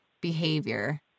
behavior